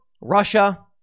Russia